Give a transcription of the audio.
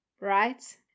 right